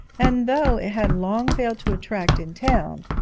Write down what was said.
and though it had long failed to attract in town,